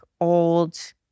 old